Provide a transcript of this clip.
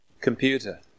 computer